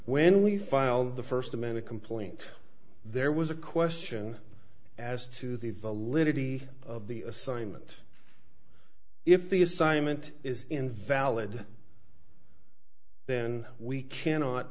when we filed the first amana complaint there was a question as to the validity of the assignment if the assignment is invalid then we cannot